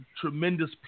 tremendous